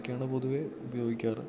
ഇതൊക്കെയാണ് പൊതുവേ ഉപയോഗിക്കാറ്